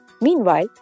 Meanwhile